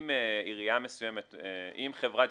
אם חברת